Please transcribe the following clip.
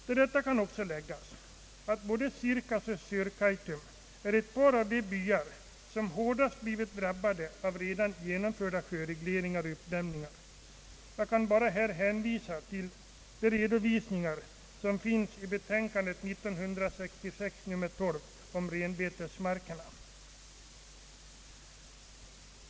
Vidare kan tilläggas att Sirkas och Sörkaitum är ett par av de byar som drabbats hårdast av redan genomförda sjöregleringar och uppdämningar; jag kan här bara hänvisa till de redogörelser som finns i SOU 1966: 12 Renbetesmarkerna.